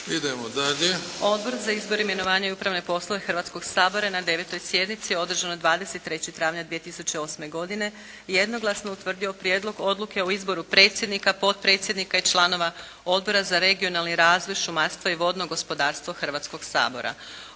Odbor za izbor, imenovanje i upravne poslove Hrvatskog sabora je na 9. sjednici održanoj 23. travnja 2008. godine jednoglasno utvrdio Prijedlog odluke o izboru predsjednika, potpredsjednika i članova Odbora za regionalni razvoj šumarstva i vodno gospodarstvo Hrvatskog sabora.